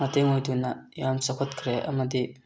ꯃꯇꯦꯡ ꯑꯣꯏꯗꯨꯅ ꯌꯥꯝ ꯆꯥꯎꯈꯠꯈ꯭ꯔꯦ ꯑꯃꯗꯤ